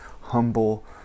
humble